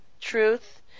truth